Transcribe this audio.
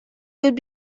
would